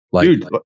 Dude